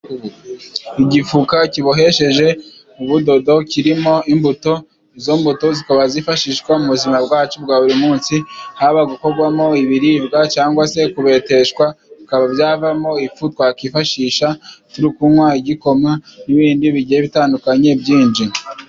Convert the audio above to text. Igifuka kibohesheje ubudodo kirimo imbuto. Izo mbuto zikaba zifashishwa mu buzima bwacu bwa buri munsi, haba gukorwamo ibiribwa cyangwa se kubeteshwa bikaba byavamo ifu twakwifashisha turikunywa igikoma n'ibindi bigiye bitandukanye byinshi.